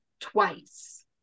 twice